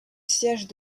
siège